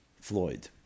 Floyd